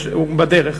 הוא בדרך.